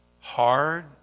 hard